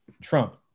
trump